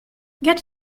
get